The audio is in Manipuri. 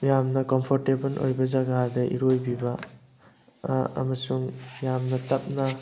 ꯌꯥꯝꯅ ꯀꯝꯐꯣꯔꯇꯦꯕꯜ ꯑꯣꯏꯕ ꯖꯒꯥꯗ ꯏꯔꯣꯏꯕꯤꯕ ꯑꯃꯁꯨꯡ ꯌꯥꯝꯅ ꯇꯞꯅ